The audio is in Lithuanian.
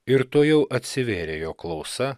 ir tuojau atsivėrė jo klausa